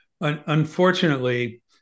Unfortunately